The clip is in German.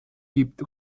gibt